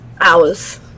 hours